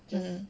mmhmm